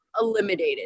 eliminated